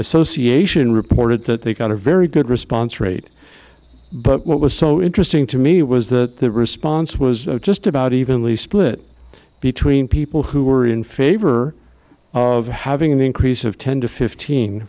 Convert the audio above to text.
association reported that they got a very good response rate but what was so interesting to me was that the response was just about evenly split between people who were in favor of having an increase of ten to fifteen